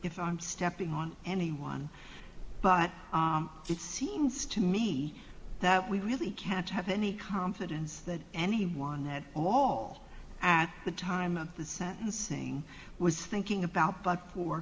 if i'm stepping on anyone but it seems to me that we really can't have any confidence that anyone at all at the time of the sentencing was thinking about but for